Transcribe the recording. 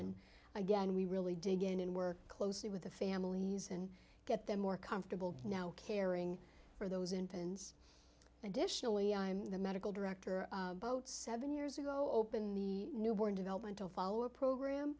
and again we really dig in and work closely with the families and get them more comfortable now caring for those infants additionally i'm the medical director both seven years ago open the newborn developmental follower program